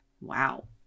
Wow